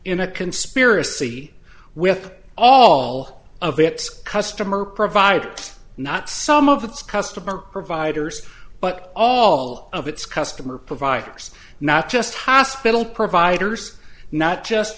in a conspiracy with all of its customer provided not some of its customer providers but all of its customer providers not just hospital providers not just